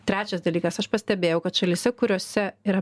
trečias dalykas aš pastebėjau kad šalyse kuriose yra